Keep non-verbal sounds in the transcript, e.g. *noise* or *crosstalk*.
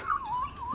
*laughs*